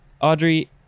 Audrey